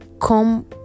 come